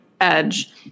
edge